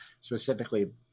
specifically